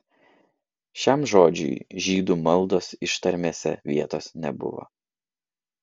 šiam žodžiui žydų maldos ištarmėse vietos nebuvo